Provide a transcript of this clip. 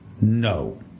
No